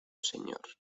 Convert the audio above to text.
señor